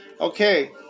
Okay